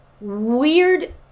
weird